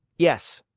yes.